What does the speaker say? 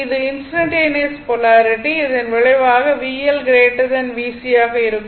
இது instantaneous polarity இதன் விளைவாக VL VC ஆக இருக்கும்